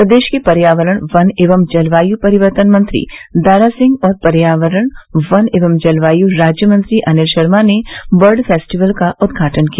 प्रदेश के पर्यावरण वन एवं जलवाय् परिवर्तन मंत्री दारा सिंह और पर्यावरण वन एवं जलवाय् राज्यमंत्री अनिल शर्मा ने बर्ड फेस्टिवल का उद्घाटन किया